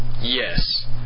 Yes